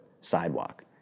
sidewalk